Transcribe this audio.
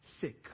sick